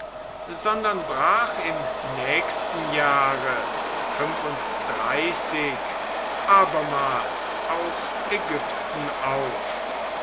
sondern brach im nächsten jahre abermals aus ägypten auf